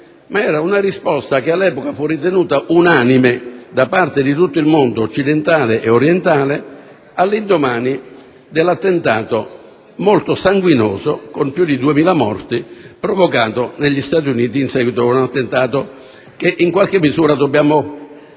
ma come risposta, che all'epoca fu ritenuta unanime da parte di tutto il mondo occidentale e orientale, all'indomani di un attentato molto sanguinoso, con più di 2.000 morti, provocato negli Stati Uniti, che in qualche misura dobbiamo